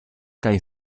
kaj